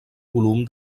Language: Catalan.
volum